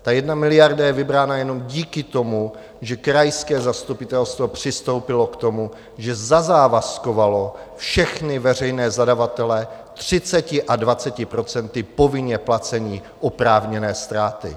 Ta jedna miliarda je vybrána jenom díky tomu, že krajské zastupitelstvo přistoupilo k tomu, že zazávazkovalo všechny veřejné zadavatele třiceti a dvaceti procenty povinně placení oprávněné ztráty.